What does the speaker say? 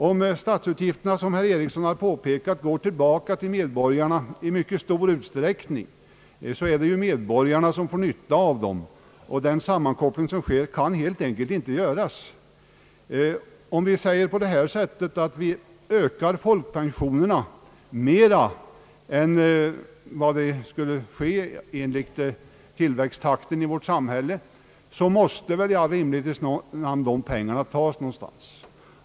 Om statsutgifterna, som herr Eriksson har påpekat, går tillbaka till medborgarna i största utsträckning, är det medborgarna som får nytta av dem, och herr Holmbergs sammankoppling kan helt enkelt inte göras. Om vi t.ex. ökar folkpensionerna mera än tillväxttakten i övrigt i vårt samhälle, måste ju dessa pengar i all rimlighets namn tas någonstans.